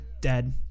dead